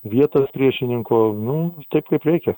vietas priešininko nu taip kaip reikia